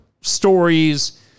stories